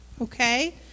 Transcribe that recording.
Okay